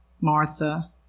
Martha